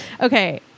okay